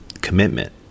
commitment